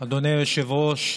אדוני היושב-ראש,